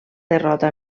derrota